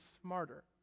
smarter